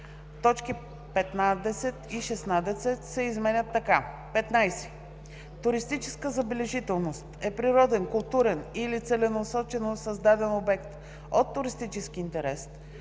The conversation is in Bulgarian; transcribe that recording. Точки 15 и 16 се изменят така: „15. „Туристическа забележителност“ е природен, културен или целенасочено създаден обект от туристически интерес,